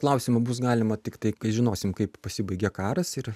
klausimą bus galima tiktai kai žinosime kaip pasibaigė karas ir